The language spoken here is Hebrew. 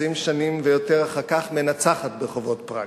שנים ויותר אחר כך מנצחת ברחובות פראג.